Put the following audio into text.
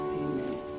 amen